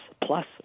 Plus